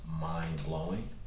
mind-blowing